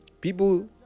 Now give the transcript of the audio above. people